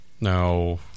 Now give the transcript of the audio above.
now